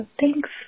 thanks